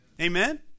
amen